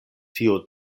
tio